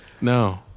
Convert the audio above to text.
No